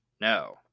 No